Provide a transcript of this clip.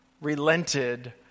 relented